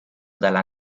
dalla